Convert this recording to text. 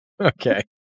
Okay